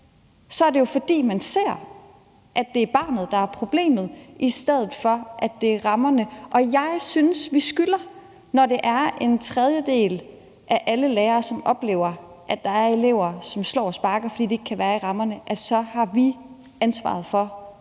er det jo, fordi man synes, at det er barnet, der er problemet, i stedet for at det er rammerne. Jeg synes, at vi skylder dem det. Når det er en tredjedel af alle lærere, som oplever, at der er elever, som slår og sparker, fordi de ikke kan være i rammerne, så har vi ansvaret for at